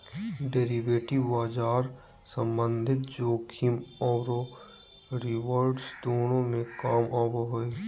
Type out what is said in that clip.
derivative बाजार संभावित जोखिम औरो रिवार्ड्स दोनों में काम आबो हइ